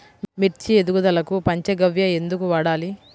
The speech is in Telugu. మిర్చి ఎదుగుదలకు పంచ గవ్య ఎందుకు వాడాలి?